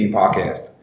podcast